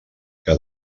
que